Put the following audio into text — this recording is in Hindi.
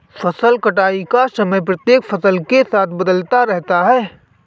फसल कटाई का समय प्रत्येक फसल के साथ बदलता रहता है